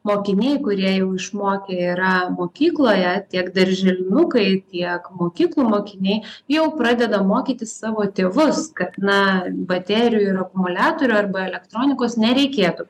mokiniai kurie jau išmokę yra mokykloje tiek darželinukai tiek mokyklų mokiniai jau pradeda mokyti savo tėvus kad na baterijų ir akumuliatorių arba elektronikos nereikėtų